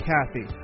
Kathy